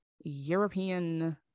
European